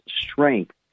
strength